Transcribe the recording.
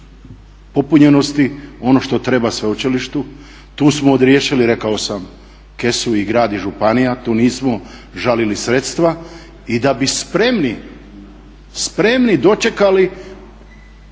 popunjenosti, ono što treba sveučilištu. Tu smo odriješili rekao sam kesu i grad i županija, tu nismo žalili sredstva i da bi spremni dočekali